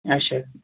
اچھا